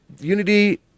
unity